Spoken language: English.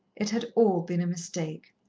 it had all been a mistake.